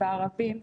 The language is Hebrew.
בערבים,